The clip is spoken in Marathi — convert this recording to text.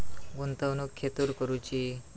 गुंतवणुक खेतुर करूची?